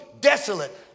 desolate